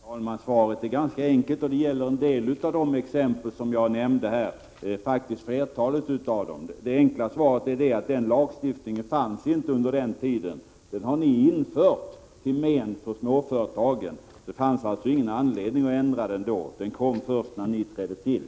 Herr talman! Svaret är ganska enkelt och det gäller flertalet av de exempel jag nämnde. Det enkla svaret är att den lagstiftningen inte fanns under den tiden. Den har ni infört, till men för småföretagen. Det fanns alltså ingen anledning att ändra den lagen då. Den kom först när ni trädde till.